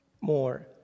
more